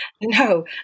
No